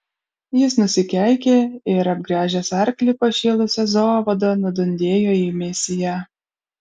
jis nusikeikė ir apgręžęs arklį pašėlusia zovada nudundėjo į misiją